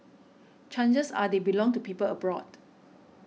chances are they belong to people abroad